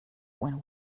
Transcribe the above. when